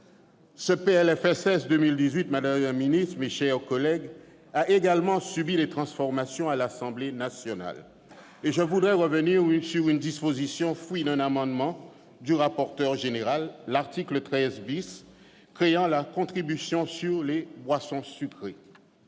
pour 2018, madame la ministre, mes chers collègues, a également subi des transformations à l'Assemblée nationale. Je voudrais revenir sur une disposition, fruit d'un amendement du rapporteur général : l'article 13 créant la contribution sur les boissons sucrées.